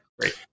Great